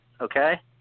okay